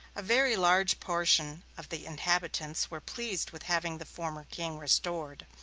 a very large portion of the inhabitants were pleased with having the former king restored.